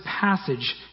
passage